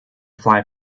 fly